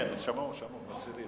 מסכימים,